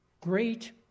Great